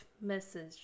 message